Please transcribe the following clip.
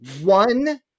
one